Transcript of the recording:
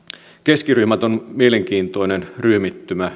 keskiryhmät on mielenkiintoinen ryhmittymä